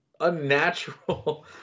unnatural